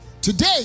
Today